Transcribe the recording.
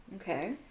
Okay